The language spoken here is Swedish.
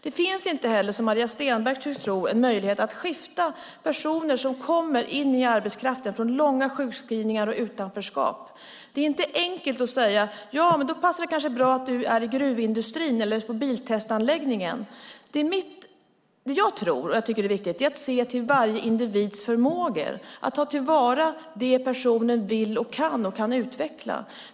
Det finns inte heller, som Maria Stenberg tycks tro, en möjlighet att skifta personer som kommer in i arbetskraften från långa sjukskrivningar och utanförskap. Det är inte enkelt att säga att någon kan passa bra i gruvindustrin eller på biltestanläggningen. Det är viktigt att se till varje individs förmåga och ta till vara det personen vill och kan utveckla.